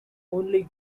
only